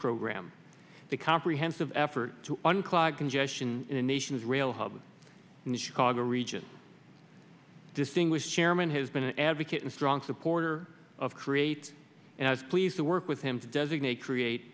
program the comprehensive effort to unclog congestion in the nation israel hub and chicago region distinguished chairman has been an advocate and strong supporter of create as pleased to work with him to designate create